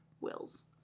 wills